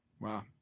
Wow